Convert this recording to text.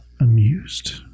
amused